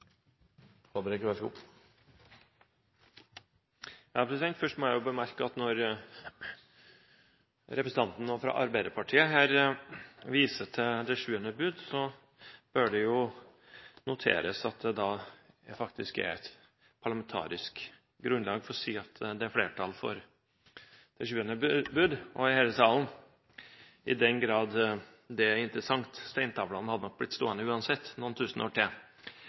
det frie Internett. Først må jeg bemerke at når representanten fra Arbeiderpartiet her viser til det sjuende bud, bør det noteres at det faktisk er et parlamentarisk grunnlag for å si at det er flertall for det sjuende bud også her i salen, i den grad det er interessant. Steintavlene hadde nok uansett blitt stående noen tusen år til.